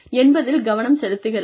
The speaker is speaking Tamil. என்பதில் கவனம் செலுத்துகிறது